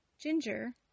ginger